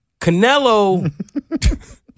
Canelo